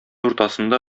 уртасында